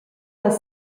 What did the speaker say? las